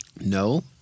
No